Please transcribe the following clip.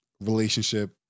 relationship